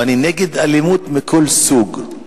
ואני נגד אלימות מכל סוג,